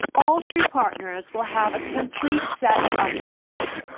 all three partners will have a complete set of envelopes.